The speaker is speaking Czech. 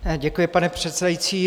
Děkuji, pane předsedající.